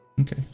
Okay